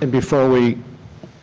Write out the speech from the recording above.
and before we